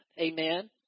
Amen